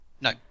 No